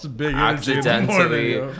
accidentally